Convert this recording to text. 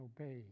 obey